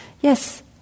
yes